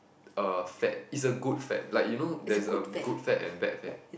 uh fat is a good fat like you know there's um good fat and bad fat